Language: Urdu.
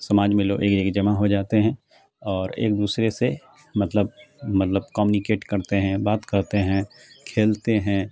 سماج میں لوگ ایک جگہ جمع ہو جاتے ہیں اور ایک دوسرے سے مطلب مطلب کمیونیکیٹ کرتے ہیں بات کرتے ہیں کھیلتے ہیں